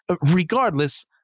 Regardless